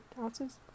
ounces